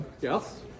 yes